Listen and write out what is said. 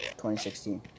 2016